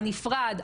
הנפרד,